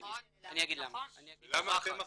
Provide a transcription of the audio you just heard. זאת השאלה.